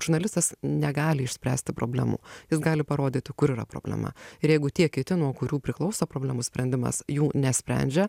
žurnalistas negali išspręsti problemų jis gali parodyti kur yra problema ir jeigu tie kiti nuo kurių priklauso problemų sprendimas jų nesprendžia